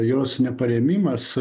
jos neparėmimas